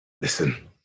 Listen